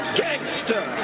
gangster